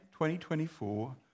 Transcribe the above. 2024